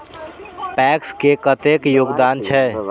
PACS के कतेक योगदान छै?